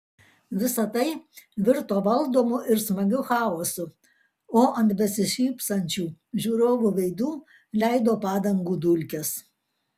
visa tai virto valdomu ir smagiu chaosu o ant besišypsančių žiūrovų veidų leido padangų dulkes